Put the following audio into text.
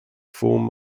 form